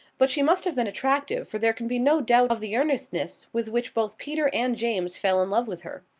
but she must have been attractive, for there can be no doubt of the earnestness with which both peter and james fell in love with her.